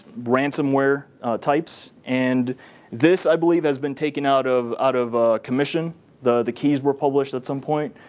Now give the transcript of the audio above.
ransomware types. and this, i believe, has been taken out of out of commission the the keys were published at some point.